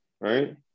right